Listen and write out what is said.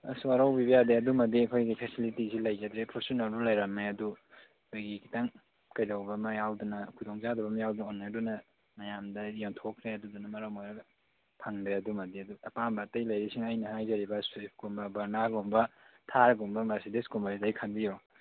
ꯑꯁ ꯋꯥꯔꯧꯕꯤꯕ ꯌꯥꯗꯦ ꯑꯗꯨꯃꯗꯤ ꯑꯩꯈꯣꯏꯒꯤ ꯐꯦꯁꯤꯂꯤꯇꯤꯁꯁꯦ ꯂꯩꯖꯥꯗ꯭ꯔꯦ ꯐꯣꯔꯆꯨꯅꯔꯗꯨ ꯂꯩꯔꯝꯃꯦ ꯑꯗꯨ ꯑꯩꯈꯣꯏꯒꯤ ꯈꯤꯇꯪ ꯀꯩꯗꯧꯕ ꯑꯃ ꯌꯥꯎꯗꯅ ꯈꯨꯗꯣꯡꯆꯥꯗꯕ ꯑꯃ ꯌꯥꯎꯗꯅ ꯑꯗꯨꯅ ꯃꯌꯥꯝꯗ ꯌꯣꯟꯊꯣꯛꯈ꯭ꯔꯦ ꯑꯗꯨꯗꯨꯅ ꯃꯔꯝ ꯑꯣꯏꯔꯒ ꯐꯪꯗ꯭ꯔꯦ ꯑꯗꯨꯃꯗꯤ ꯑꯗꯨ ꯑꯄꯥꯝꯕ ꯑꯇꯩ ꯂꯩꯔꯤꯁꯤꯡ ꯑꯩꯅ ꯍꯥꯏꯖꯔꯤꯕ ꯁ꯭ꯋꯤꯐꯀꯨꯝꯕ ꯚꯔꯅꯥꯒꯨꯝꯕ ꯊꯥꯔꯒꯨꯝꯕ ꯃꯔꯁꯤꯗꯤꯁꯒꯨꯝꯕ ꯁꯤꯗꯒꯤ ꯈꯟꯕꯤꯔꯣ